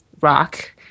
Rock